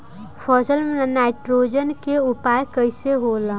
फसल में नाइट्रोजन के उपयोग कइसे होला?